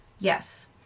Yes